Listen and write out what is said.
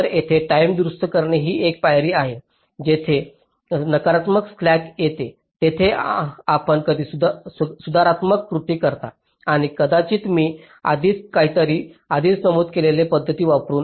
तर येथे टाईम दुरुस्त करणे ही एक पायरी आहे जेथे जेथे नकारात्मक स्लॅक येते तेथे आपण काही सुधारात्मक कृती करता आणि कदाचित मी आधीच कधीतरी आधीच नमूद केलेल्या पद्धती वापरुन